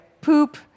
poop